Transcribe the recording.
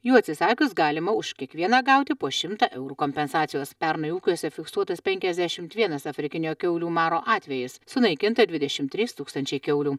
jų atsisakius galima už kiekvieną gauti po šimtą eurų kompensacijos pernai ūkiuose fiksuotas penkiasdešimt vienas afrikinio kiaulių maro atvejis sunaikinta dvidešim trys tūkstančiai kiaulių